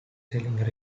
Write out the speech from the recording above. selling